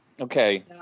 Okay